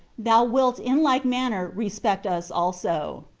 thou wilt in like manner respect us also.